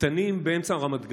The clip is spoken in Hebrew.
תנים באמצע רמת גן,